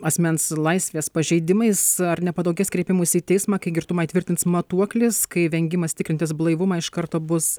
asmens laisvės pažeidimais ar nepadaugės kreipimųsi į teismą kai girtumą įtvirtins matuoklis kai vengimas tikrintis blaivumą iš karto bus